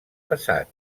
passat